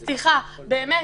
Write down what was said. סליחה, באמת,